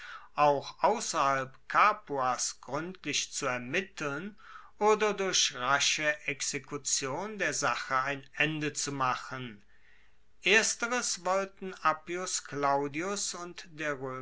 auch ausserhalb capuas gruendlich zu ermitteln oder durch rasche exekution der sache ein ende zu machen ersteres wollten appius claudius und der